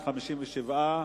57 בעד,